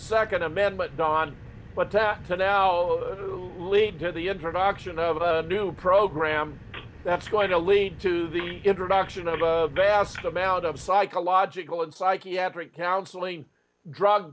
second amendment don but that to now lead to the introduction of a new program that's going to lead to the introduction of a vast amount of psychological and psychiatric counseling drug